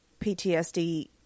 PTSD